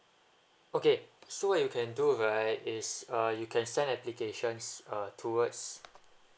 okay so you can do right is uh you can send applications uh towards